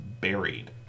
buried